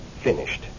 finished